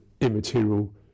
immaterial